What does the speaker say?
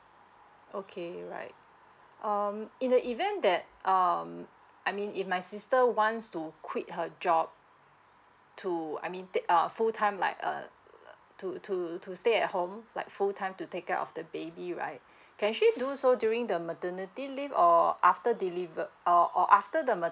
okay alright um in the event that um I mean if my sister wants to quit her job to I mean take out full time like uh uh to to to stay at home like full time to take care of the baby right can actually do so during the maternity leave or after delivered or or after the maternity